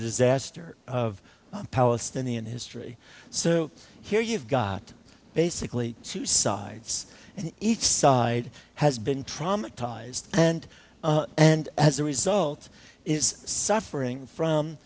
disaster of palestinian history so here you've got basically two sides and each side has been traumatized and and as a result is suffering from